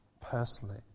personally